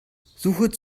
suche